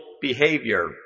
behavior